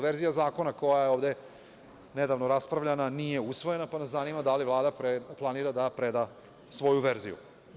Verzija zakona koja je ovde nedavno raspravljana nije usvojena, pa nas zanima da li Vlada planira da preda svoju verziju?